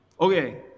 okay